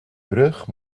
brug